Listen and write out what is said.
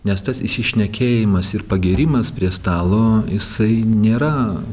nes tas išsišnekėjimas ir pagėrimas prie stalo jisai nėra